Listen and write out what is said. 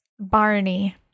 Barney